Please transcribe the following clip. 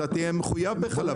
אתה תהיה מחויב בחלפים.